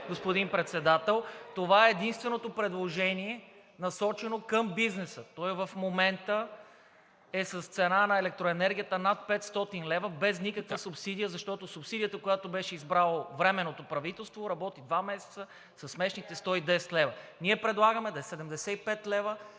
господин Председател, това е единственото предложение, насочено към бизнеса. Той в момента е с цена на електроенергията над 500 лв. без никаква субсидия, защото субсидията, която беше избрало временното правителство, работи два месеца със смешните 110 лв. Ние предлагаме да е 75%